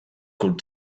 could